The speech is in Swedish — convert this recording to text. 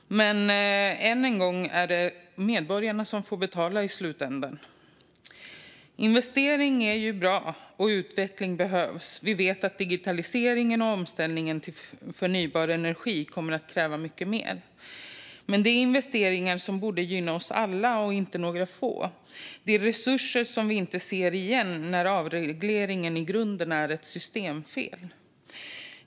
Men än en gång är det medborgarna som får betala i slutänden. Investering är bra, och utveckling behövs. Vi vet att digitaliseringen och omställningen till förnybar energi kommer att kräva mycket mer. Men det är investeringar som borde gynna oss alla och inte några få. Det är resurser vi inte ser igen när avreglering i grunden är ett systemfel.